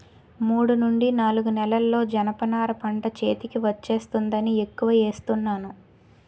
మూడు నుండి నాలుగు నెలల్లో జనప నార పంట చేతికి వచ్చేస్తుందని ఎక్కువ ఏస్తున్నాను